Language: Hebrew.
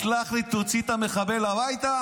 סלח לי, תוציא את המחבל מהבית?